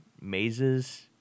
Mazes